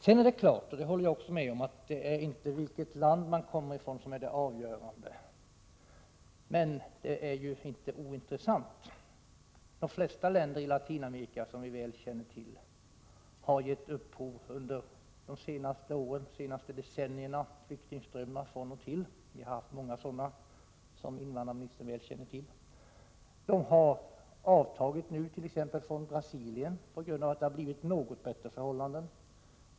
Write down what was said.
Det är klart — det håller jag också med om — att det inte är vilket land man kommer ifrån som är det avgörande. Men det är ju inte ointressant. De flesta länder i Latinamerika har, som vi alla väl känner till, då och då under de senaste decennierna givit upphov till flyktingströmmar. Vi har, som invandrarministern väl känner till, haft många sådana. Flyktingströmmarna från t.ex. Brasilien har nu avtagit på grund av att det har blivit något bättre förhållanden där.